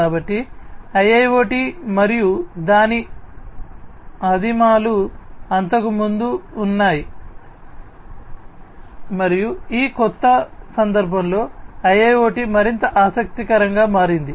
కాబట్టి IIoT మరియు దాని ఆదిమాలు అంతకుముందు ఉన్నాయి మరియు ఈ క్రొత్త సందర్భంలో IIoT మరింత ఆసక్తికరంగా మారింది